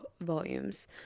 volumes